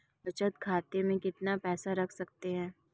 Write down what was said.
बचत खाते में कितना पैसा रख सकते हैं?